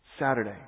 Saturday